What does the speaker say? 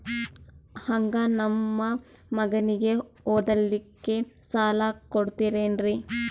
ಹಂಗ ನಮ್ಮ ಮಗನಿಗೆ ಓದಲಿಕ್ಕೆ ಸಾಲ ಕೊಡ್ತಿರೇನ್ರಿ?